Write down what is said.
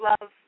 love